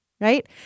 right